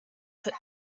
cut